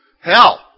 Hell